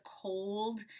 cold